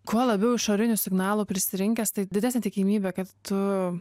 kuo labiau išorinių signalų prisirinkęs tai didesnė tikimybė kad tu